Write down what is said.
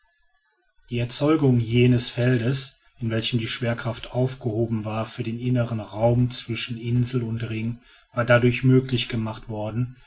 die erzeugung jenes feldes in welchem die schwerkraft aufgehoben war für den inneren raum zwischen insel und ring war dadurch möglich gemacht worden